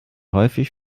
häufig